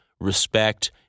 respect